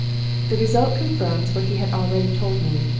the result confirms what he has already told me.